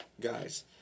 guys